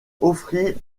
offrit